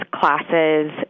classes